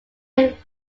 only